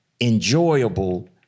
enjoyable